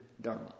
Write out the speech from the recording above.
dharma